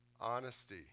Honesty